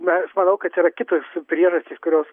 nes manau kad yra kitos priežastys kurios